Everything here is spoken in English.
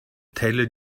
taylor